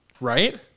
Right